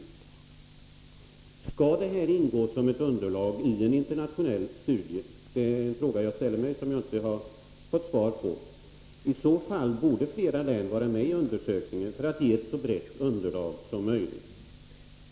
Om resultatet skall ingå som ett underlag i en internationell studie — det är en fråga jag ställer mig och som jag inte har fått svar på — borde flera län ha fått vara med i undersökningen för att man skall få ett så brett underlag som möjligt.